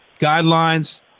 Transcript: guidelines